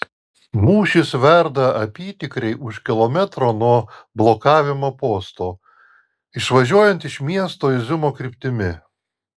mūšis verda apytikriai už kilometro nuo blokavimo posto išvažiuojant iš miesto iziumo kryptimi